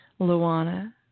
Luana